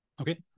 okay